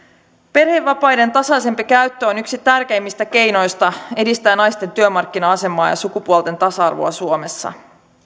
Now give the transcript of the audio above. perhevapaiden tasaisempi käyttö on yksi tärkeimmistä keinoista edistää naisten työmarkkina asemaa ja sukupuolten tasa arvoa suomessa